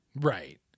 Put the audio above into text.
Right